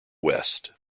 west